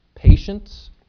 Patience